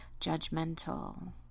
judgmental